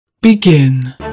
Begin